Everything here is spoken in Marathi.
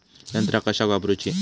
यंत्रा कशाक वापुरूची?